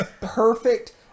perfect